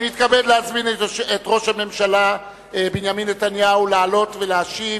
אני מתכבד להזמין את ראש הממשלה בנימין נתניהו לעלות ולהשיב,